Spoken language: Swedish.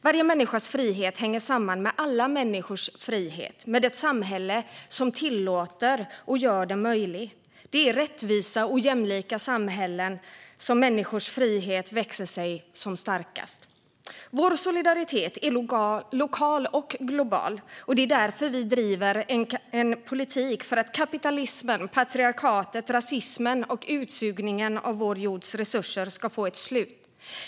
Varje människas frihet hänger samman med alla människors frihet och med ett samhälle som tillåter och gör den möjlig. Det är i rättvisa och jämlika samhällen som människors frihet växer sig som starkast. Vår solidaritet är lokal och global. Det är därför vi driver en politik för att kapitalismen, patriarkatet, rasismen och utsugningen av vår jords resurser ska få ett slut.